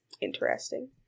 interesting